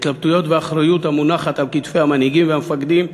ההתלבטויות והאחריות המונחת על כתפי המנהיגים והמפקדים,